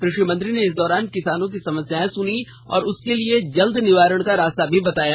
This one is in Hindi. कृषि मंत्री ने इस दौरान किसानों की समस्याएं सुनी और उसके जल्द निवारण का रास्ता भी बताया